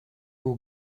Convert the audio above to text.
will